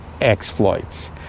exploits